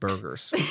Burgers